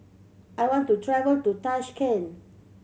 I want to travel to Tashkent